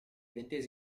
del